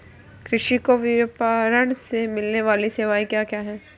कृषि को विपणन से मिलने वाली सेवाएँ क्या क्या है